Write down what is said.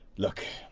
look,